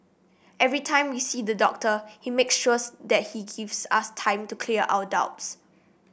every time we see the doctor he makes sure's that he gives us time to clear our doubts